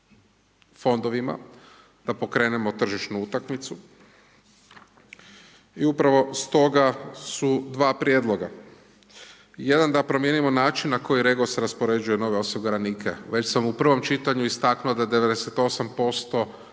fondovima, da pokrenemo tržišnu utakmicu. I upravo stoga su dva prijedloga, jedan da promijenimo način na koji REGOS raspoređuje nove osiguranike, već sam u prvom čitanju istaknuo da 98%